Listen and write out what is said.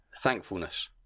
Thankfulness